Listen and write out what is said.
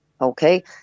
Okay